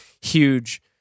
huge